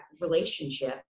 relationship